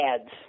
ads